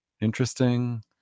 interesting